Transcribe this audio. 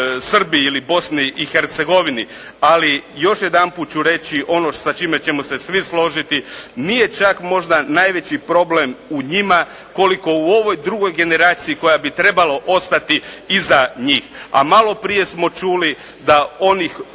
Srbiji ili Bosni i Hercegovini, ali još jedanput ću reći ono sa čime ćemo se svi složiti. Nije čak možda najveći problem u njima koliko u ovoj drugoj generaciji koja bi trebala ostati iza njih, a malo prije smo čuli da onih